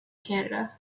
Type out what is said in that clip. canada